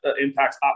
impacts